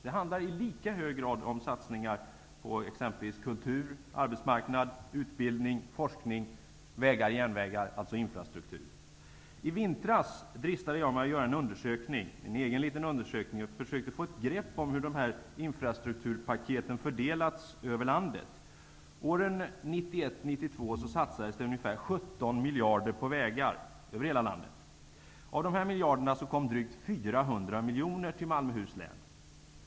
Det handlar i lika hög grad om satsningar på t.ex. kultur, arbetsmarknad, utbildning, forskning, vägar, järnvägar -- alltså infrastruktur. I vintras dristade jag mig att göra en egen liten undersökning. Jag försökte få grepp om hur infrastrukturpaketen fördelats över landet. Åren 1991--1992 satsades det ungefär 17 miljarder på vägar över hela landet. Av de här miljarderna kom drygt 400 miljoner till Malmöhus län.